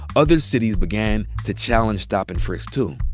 other cities began to challenge stop and frisk, too.